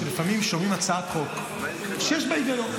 כשלפעמים שומעים הצעת חוק שיש בה היגיון,